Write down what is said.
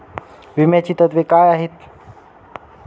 विम्याची तत्वे काय आहेत?